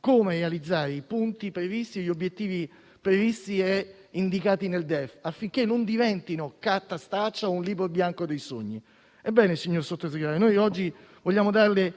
come realizzare i punti previsti, gli obiettivi previsti ed indicati nel DEF, affinché non diventino carta straccia o un libro bianco dei sogni. Ebbene, signor Sottosegretario, noi oggi vogliamo darle